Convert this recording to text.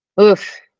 Oof